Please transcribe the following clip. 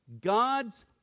God's